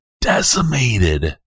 decimated